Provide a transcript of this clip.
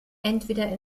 entweder